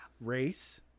Race